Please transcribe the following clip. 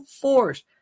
force